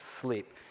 sleep